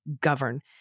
govern